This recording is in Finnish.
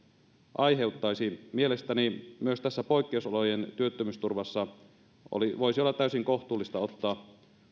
aiheuttaisi mielestäni myös tässä poikkeusolojen työttömyysturvassa voisi olla täysin kohtuullista ottaa